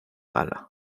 gala